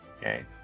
Okay